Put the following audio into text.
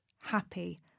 happy